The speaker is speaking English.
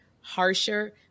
harsher